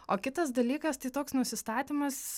o kitas dalykas tai toks nusistatymas